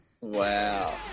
Wow